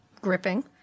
gripping